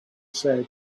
said